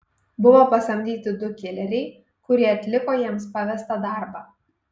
buvo pasamdyti du kileriai kurie atliko jiems pavestą darbą